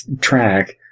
track